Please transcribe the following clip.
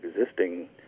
existing